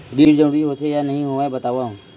ऋण जरूरी होथे या नहीं होवाए बतावव?